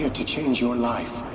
ah to change your life,